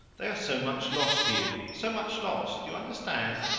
they are so much loss to you so much loss, do you understand?